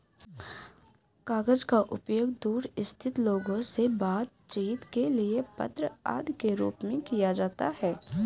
कागज का उपयोग दूर स्थित लोगों से बातचीत के लिए पत्र आदि के रूप में किया जाता है